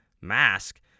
mask